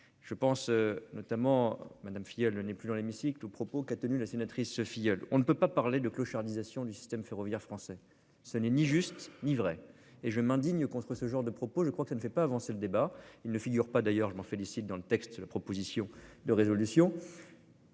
Je pense notamment Madame Filleul n'est plus dans l'hémicycle propos qu'a tenus la sénatrice ce filleul. On ne peut pas parler de clochardisation du système ferroviaire français. Ce n'est ni juste ni vraie et je m'indigne contre ce genre de propos. Je crois que ça ne fait pas avancer le débat, il ne figure pas, d'ailleurs je m'en félicite. Dans le texte. La proposition de résolution.--